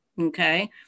okay